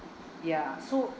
ya so